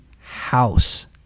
house